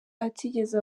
atigeze